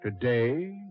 today